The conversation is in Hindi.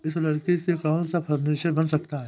इस लकड़ी से कौन सा फर्नीचर बन सकता है?